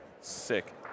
Sick